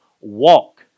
walk